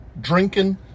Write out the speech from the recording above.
drinking